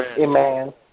Amen